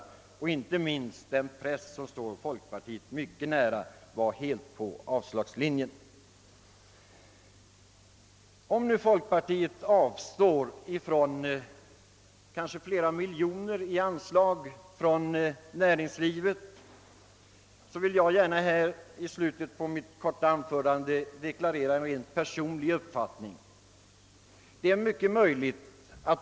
Det gäller inte minst den press som står folkpartiet nära — den gick helt på avslagslinjen. Om nu folkpartiet avstår från kanske flera miljoner kronor i anslag från näringslivet, vill jag gärna i slutet av mitt korta anförande deklarera min personliga uppfattning i frågan om anslag.